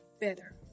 better